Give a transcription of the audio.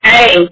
Hey